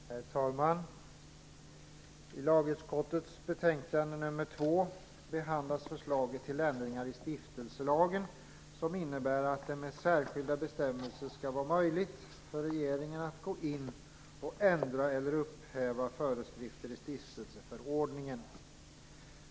Herr talman! I lagutskottets betänkande nr 2 behandlas förslag till ändringar i stiftelselagen som innebär att det med särskilda bestämmelser skall vara möjligt för regeringen att gå in och ändra eller upphäva föreskrifter i stiftelseförordnanden.